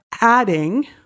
adding